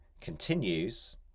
continues